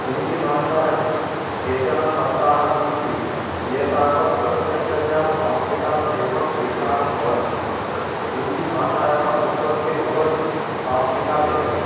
हिन्दीभाषायां केचन शब्दाः सन्ति एतावत् प्रत्यक्षतया संस्कृतात् एव गृहीताः भवन्ति हिन्दीभाषायाः उत्पत्तिर्भवति संस्कृतादेव